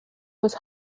was